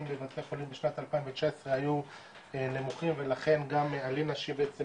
בבתי חולים בשנת 2019 היו נמוכים ולכן גם אלינה שהיא בעצם